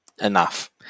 Enough